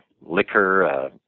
liquor